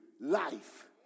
life